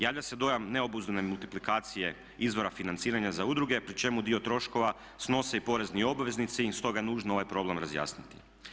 Javlja se dojam neobuzdane multiplikacije izvora financiranja za udruge pri čemu dio troškova snose i porezni obveznici, stoga je nužno ovaj problem razjasniti.